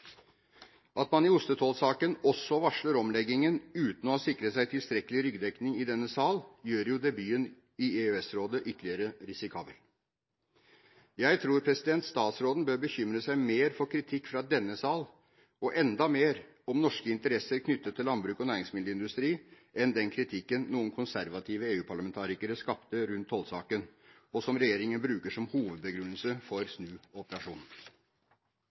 At man i ostetollsaken også varsler omleggingen uten å ha sikret seg tilstrekkelig ryggdekning i denne salen, gjør debuten i EØS-rådet ytterligere risikabel. Jeg tror statsråden bør bekymre seg mer for kritikk fra denne salen, og enda mer om norske interesser knyttet til landbruk og næringsmiddelindustri, enn for den kritikken noen konservative EU-parlamentarikere skapte rundt tollsaken, og som regjeringen bruker som hovedbegrunnelse for